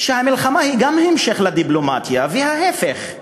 שהמלחמה היא גם המשך לדיפלומטיה ולהפך.